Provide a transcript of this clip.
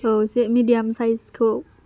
औ एसे मेदियाम साइजखौ